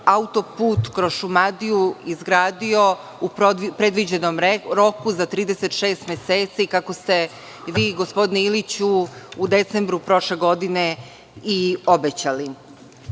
autoput kroz Šumadiju izgradio u predviđenom roku za 36 meseci kako ste vi gospodine Iliću u decembru prošle godine i obećali. Takođe,